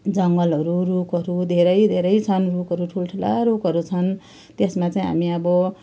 जङ्गलहरू रुखहरू धेरै धेरै छन् रुखहरू ठुल्ठुला रुखहरू छन् त्यसमा चाहिँ हामी अब